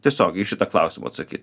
tiesiogiai į šitą klausimą atsakyt